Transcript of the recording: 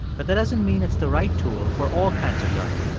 but that doesn't mean it's the right tool for all kinds of learning.